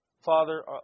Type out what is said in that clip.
Father